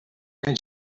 and